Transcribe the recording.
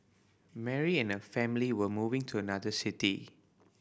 Mary and her family were moving to another city